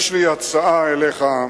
יש לי הצעה אליך: